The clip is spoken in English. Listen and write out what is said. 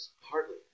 Hardly